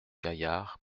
gaillard